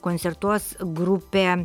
koncertuos grupė